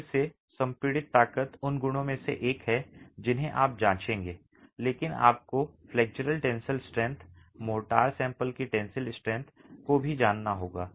फिर से संपीड़ित ताकत उन गुणों में से एक है जिन्हें आप जांचेंगे लेकिन आपको flexural tensile strength mortar sample की टेंसिल स्ट्रेंथ को भी जानना होगा